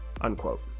unquote